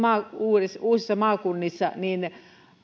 uusissa uusissa maakunnissa